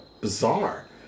bizarre